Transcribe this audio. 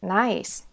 nice